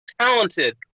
talented